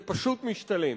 זה פשוט משתלם.